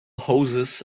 hoses